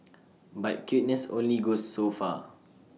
but cuteness only goes so far